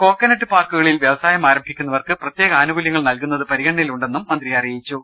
coconut പാർക്കുകളിൽ വൃവസായം ആരംഭിക്കുന്നവർക്ക് പ്രത്യേക ആനുകൂല്യങ്ങൾ നൽകുന്നത് പരിഗണനയിലുണ്ടെ ന്നും മന്ത്രി പറഞ്ഞു